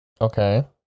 Okay